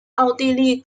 奥地利